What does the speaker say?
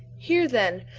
here, then,